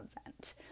event